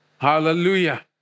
Hallelujah